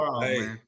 hey